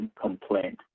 complaint